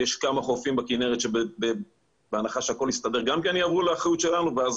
יש כמה חופים בכנרת שבהנחה שהכול יסתדר גם כן יעברו לאחריות שלנו ואז